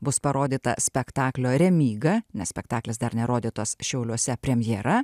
bus parodyta spektaklio remyga nes spektaklis dar nerodytos šiauliuose premjera